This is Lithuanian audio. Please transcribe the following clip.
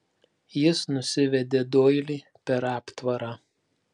jis nusivedė doilį per aptvarą